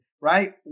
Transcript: right